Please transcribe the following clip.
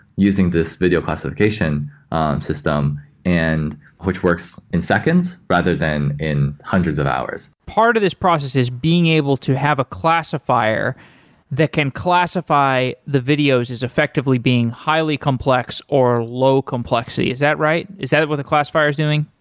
using this video classification system and which works in seconds, rather than in hundreds of hours part of this process is being able to have a classifier that can classify the videos as effectively being highly complex or low complexity, is that right? is that that what the classifier is doing?